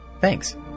Thanks